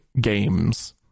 Games